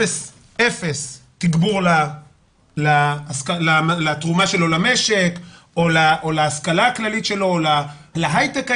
אפס תגבור לתרומה שלו למשק או להשכלה הכללית או להיי-טק הישראלי.